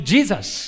Jesus